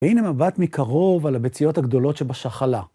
והנה מבט מקרוב על הביציות הגדולות שבשחלה.